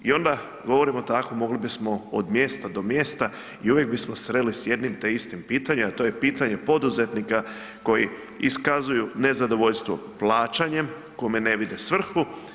I onda govorimo tako, mogli bismo od mjesta do mjesta i uvijek bismo se sreli s jednim te istim pitanjem, a to je pitanje poduzetnika koji iskazuju nezadovoljstvo plaćanjem, kome ne vide svrhu.